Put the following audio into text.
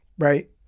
Right